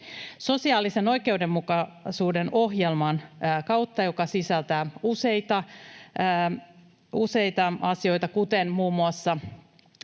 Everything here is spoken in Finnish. Sosiaalisen oikeudenmukaisuuden ohjelma sisältää useita asioita, kuten muun muassa